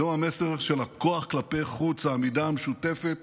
זהו המסר של הכוח כלפי חוץ, העמידה המשותפת